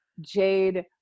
Jade